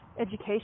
education